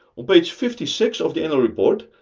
on page fifty six of the annual report,